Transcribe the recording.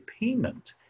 payment